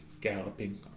galloping